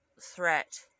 threat